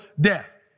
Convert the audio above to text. death